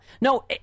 No